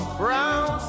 brown